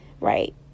right